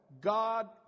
God